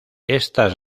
estas